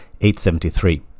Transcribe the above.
873